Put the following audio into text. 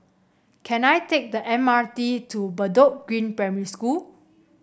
can I take the M R T to Bedok Green Primary School